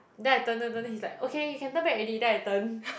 then I turn turn turn he's like okay you can turn back already then I turn